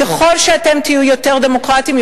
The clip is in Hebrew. ככל שאתם תהיו יותר דמוקרטיים,